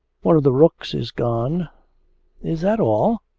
one of the rooks is gone is that all.